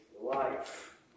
life